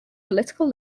political